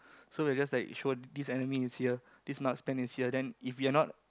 so we'll just like show this enemy is here this marksman is here then if you are not